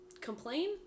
complain